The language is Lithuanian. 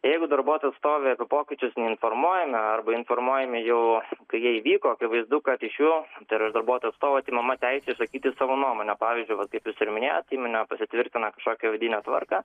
jeigu darbuotojų atstovai apie pokyčius neinformuojami arba informuojami jau kai jie įvyko akivaizdu kad iš jų tai yra iš darbuotojų atstovų atimama teisė išsakyti savo nuomonę pavyzdžiui kaip jūs iš minėjot įmonė pasitvrtina kažkokią vidinę tvarką